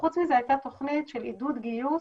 חוץ מזה הייתה תוכנית של עידוד גיוס